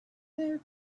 their